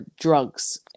drugs